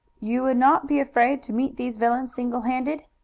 you would not be afraid to meet these villains single-handed?